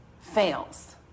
fails